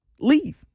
Leave